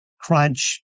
crunch